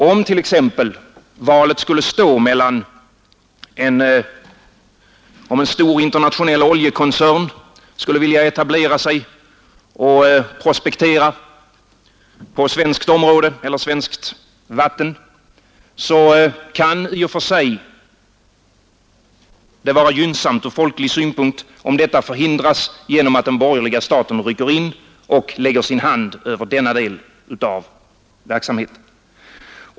Om t.ex. en stor internationell oljekoncern skulle vilja etablera sig och prospektera på svenskt område eller svenskt vatten, kan det i och för sig vara gynnsamt ur folklig synpunkt om detta förhindras genom att den borgerliga staten rycker in och lägger sin hand över denna del av verksamheten.